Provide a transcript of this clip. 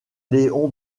léon